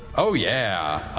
oh yeah,